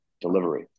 delivery